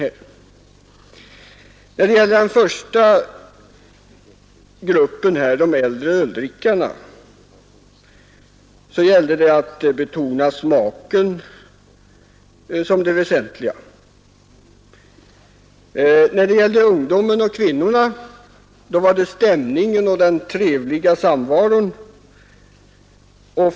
När man riktade sig till det första gruppen, de äldre öldrickarna, gällde det att betona smaken som det väsentliga. För ungdomen och kvinnorna var det stämningen och den trevliga samvaron man betonade.